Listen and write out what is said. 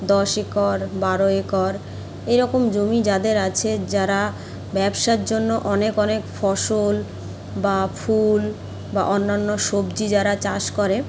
দশ একর বারো একর এরকম জমি যাদের আছে যারা ব্যবসার জন্য অনেক অনেক ফসল বা ফুল বা অন্যান্য সবজি যারা চাষ করে